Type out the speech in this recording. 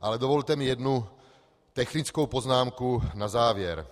Ale dovolte mi jednu technickou poznámku na závěr.